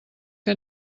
que